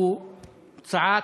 הוא צעק: